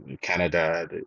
Canada